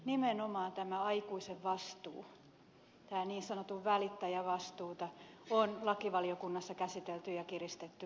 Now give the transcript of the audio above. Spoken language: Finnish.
nimenomaan tätä aikuisen vastuuta niin sanotun välittäjän vastuuta on lakivaliokunnassa käsitelty ja kiristetty